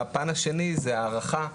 הפן השני זה הארכה,